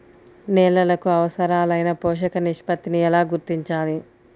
నేలలకు అవసరాలైన పోషక నిష్పత్తిని ఎలా గుర్తించాలి?